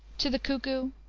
to the cuckoo,